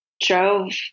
drove